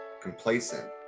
complacent